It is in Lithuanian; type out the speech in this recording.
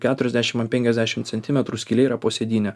keturiasdešim ant penkiasdešim centimetrų skylė yra po sėdyne